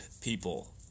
people